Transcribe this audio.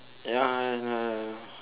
ya I uh